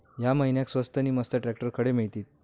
या महिन्याक स्वस्त नी मस्त ट्रॅक्टर खडे मिळतीत?